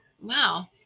Wow